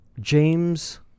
James